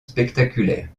spectaculaires